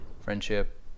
friendship